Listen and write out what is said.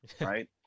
right